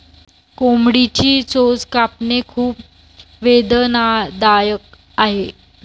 कोंबडीची चोच कापणे खूप वेदनादायक आहे